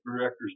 directors